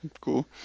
Cool